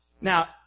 Now